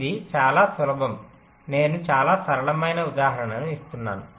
ఇది చాలా సులభం నేను చాలా సరళమైన ఉదాహరణ ఇస్తున్నాను